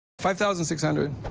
five thousand six hundred